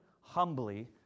humbly